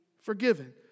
forgiven